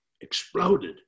exploded